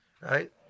right